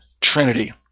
Trinity